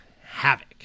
havoc